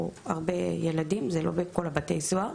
הרבה ילדים כי זה לא בכל בתי הסוהר.